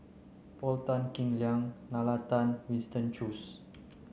Paul Tan Kim Liang Nalla Tan Winston Choos